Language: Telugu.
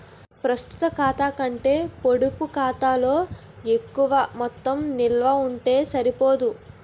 ప్రస్తుత ఖాతా కంటే పొడుపు ఖాతాలో తక్కువ మొత్తం నిలవ ఉంటే సరిపోద్ది